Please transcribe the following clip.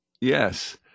Yes